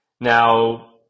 Now